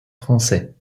français